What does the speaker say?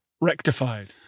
rectified